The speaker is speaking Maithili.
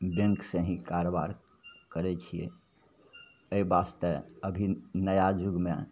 बैँकसे ही कारोबार करै छिए एहि वास्ते अभी नया जुगमे